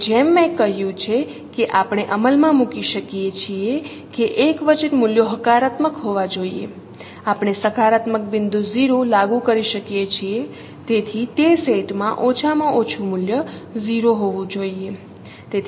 અને જેમ મેં કહ્યું છે કે આપણે અમલ માં મૂકીએ છીએ કે એકવચન મૂલ્યો હકારાત્મક હોવા જોઈએ આપણે સકારાત્મક બિંદુ 0 લાગુ કરી શકીએ છીએ તેથી તે સેટ માં ઓછામાં ઓછું મૂલ્ય 0 હોવું જોઈએ